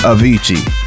Avicii